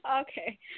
Okay